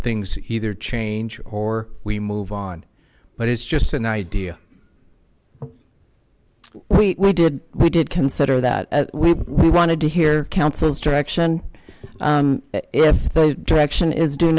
things either change or we move on but it's just an idea we did we did consider that we wanted to hear council's direction if the direction is do